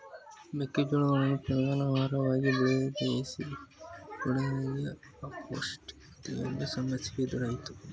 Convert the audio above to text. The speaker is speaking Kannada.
ಮೆಕ್ಕೆ ಜೋಳವನ್ನು ಪ್ರಧಾನ ಆಹಾರವಾಗಿ ಬಳಸಿದೆಡೆಗಳಲ್ಲಿ ಅಪೌಷ್ಟಿಕತೆಯ ಸಮಸ್ಯೆ ಎದುರಾಯ್ತು